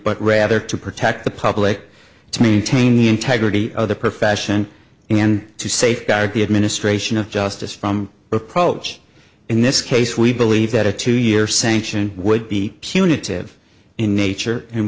but rather to protect the public to maintain the integrity of the profession and to safeguard the administration of justice from the approach in this case we believe that a two year sanction would be punitive in nature and